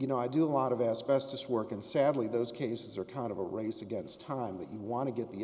you know i do a lot of asbestos work and sadly those cases are kind of a race against time that you want to get the